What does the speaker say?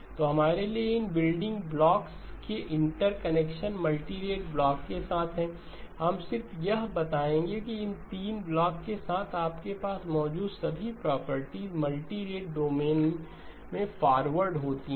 तो हमारे लिए इन बिल्डिंग ब्लॉक्स के इंटरकनेक्शन मल्टीरेट ब्लॉक के साथ हैं हम सिर्फ यह बताएंगे कि इन 3 ब्लॉक के साथ आपके पास मौजूद सभी प्रॉपर्टीज मल्टीरेट डोमेन में फॉरवर्ड होती हैं